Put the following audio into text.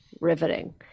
riveting